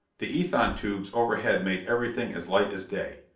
the ethon tubes overhead made everything as light as day,